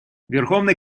верховный